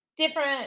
different